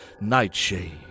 Nightshade